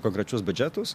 konkrečius biudžetus